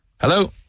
Hello